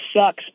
sucks